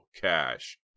cash